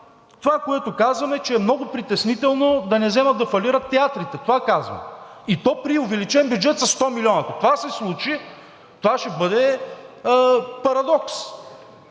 Това, което казваме, че е много притеснително да не вземат да фалират театрите. Това казваме, и то при увеличен бюджет със 100 милиона. Ако това се случи – това ще бъде парадокс.